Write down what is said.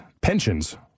pensions